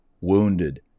wounded